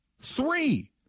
Three